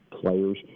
players